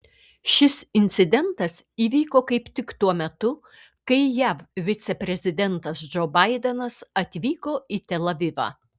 šis incidentas įvyko kaip tik tuo metu kai jav viceprezidentas džo baidenas atvyko į tel avivą